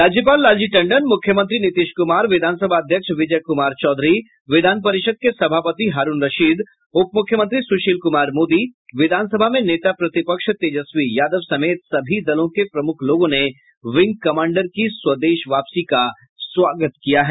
राज्यपाल लालजी टंडन मुख्यमंत्री नीतीश कुमार विधानसभा अध्यक्ष विजय कुमार चौधरी विधान परिषद के सभापति हारूण रशीद उप मूख्यमंत्री सुशील कुमार मोदी विधान सभा में नेता प्रतिपक्ष तेजस्वी यादव समेत सभी दलों के प्रमुख लोगों ने विंग कमांडर की स्वदेश वापसी का स्वागत किया है